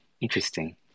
interesting